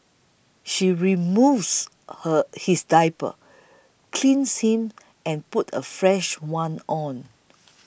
she removes her his diaper cleans him and puts a fresh one on